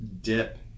dip